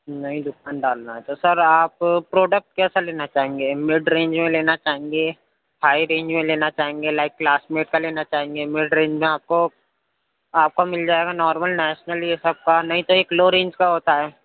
نئی دُکان ڈالنا ہے تو سر آپ پروڈکٹ کیسا لینا چاہیں گے میڈ رینج میں لینا چاہیں گے ہائی رینج میں لینا چاہیں گے لائک لاسٹ میں کیا لینا چاہیں گے میڈ رینج میں آپ کو آپ کو مل جائے گا نارمل نیشنل یہ سب کا نہیں تو ایک لو رینج کا ہوتا ہے